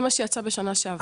זה מה שיצא בשנה שעברה.